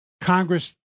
Congress